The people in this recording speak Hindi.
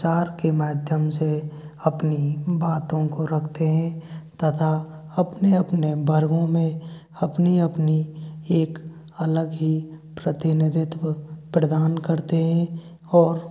प्रचार के माध्यम से अपनी बातों को रखते हैं तथा अपने अपने वर्गों में अपनी अपनी एक अलग ही प्रतिनिधित्व प्रदान करते हैं